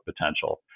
potential